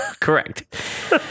Correct